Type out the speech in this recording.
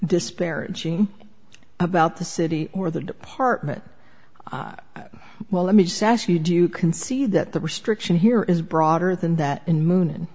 disparaging about the city or the department well let me just ask you do you can see that the restriction here is broader than that in moon